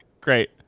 great